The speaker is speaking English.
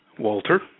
Walter